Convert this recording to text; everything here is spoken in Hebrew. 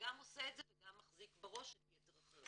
שגם עושה את זה וגם מחזיק בראש את יתר החלקים שלו.